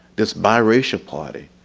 this biracial party,